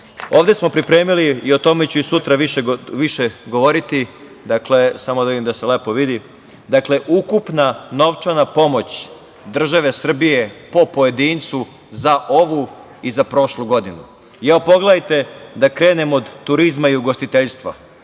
ovde smo pripremili, i o tome ću i sutra više govoriti, samo da se dobro vidi – ukupna novčana pomoć države Srbije po pojedincu za ovu i za prošlu godinu. Evo, pogledajte, da krenem od turizma i ugostiteljstva.